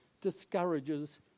discourages